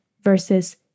versus